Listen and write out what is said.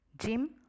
gym